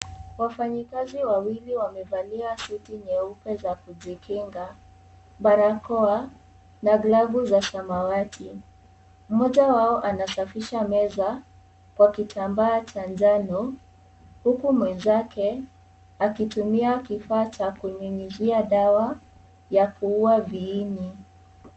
Wafanyikazi wawili wamevalia suti nyeupa za kujikinga, barakoa na glavu za samawati. Mmoja wao anasafisha meza kwa kitambaa cha njano. Huku mwenzake akitumia kifaa cha kunyunyuzia dawa ya kuua viini.